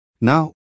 Now